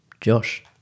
Josh